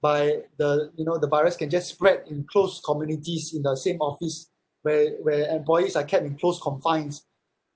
by the you know the virus can just spread in close communities in the same office where where employees are kept in close confines